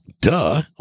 duh